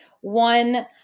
One